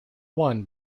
one